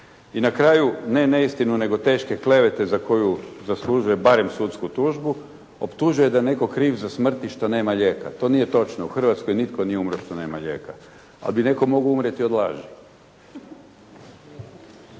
I na kraju, ne neistinu nego teške klevete za koju zaslužuje barem sudsku tužbu, optužuje da je netko kriv za smrt i što nema lijeka. To nije točno. U Hrvatskoj nitko nije umro što nema lijeka, ali bi netko mogao umrijeti od laži.